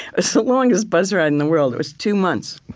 ah so longest bus ride in the world. it was two months